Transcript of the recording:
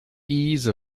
ease